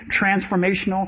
transformational